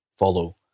follow